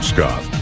Scott